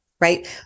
right